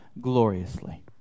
gloriously